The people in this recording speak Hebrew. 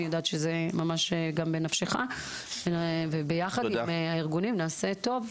אני יודעת שזה ממש גם בנפשך וביחד עם הארגונים נעשה טוב.